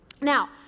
Now